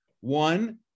One